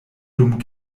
dum